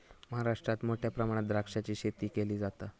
महाराष्ट्रात मोठ्या प्रमाणात द्राक्षाची शेती केली जाता